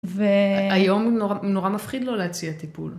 והיום נורא מפחיד לא להציע טיפול.